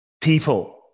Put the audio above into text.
people